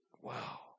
Wow